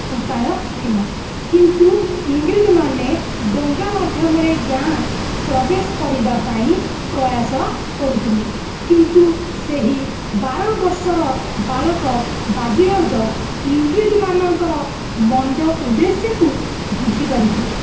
ଉପାୟ ଥିଲା କିନ୍ତୁ ଇଂରେଜ୍ମାନେ ଡଙ୍ଗା ମାଧ୍ୟମରେ ଗାଁ ପ୍ରବେଶ କରିବା ପାଇଁ ପ୍ରୟାସ କରୁଥିଲେ କିନ୍ତୁ ସେହି ବାର ବର୍ଷର ବାଳକ ବାଜି ରାଉତ ଇଂରେଜ୍ମାନଙ୍କର ମନ୍ଦ ଉଦେଶ୍ୟକୁ ବୁଝିପାରିଥିଲେ